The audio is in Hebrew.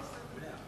ההצעה לכלול את